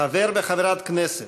חבר וחברת הכנסת,